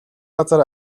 газар